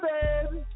baby